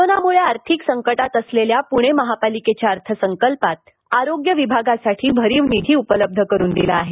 कोरोनामुळे आर्थिक संकटात असलेल्या पुणे महापालिकेच्या अर्थसंकल्पात आरोग्य विभागासाठी भरीव निधी उपलब्ध करुन दिला आहे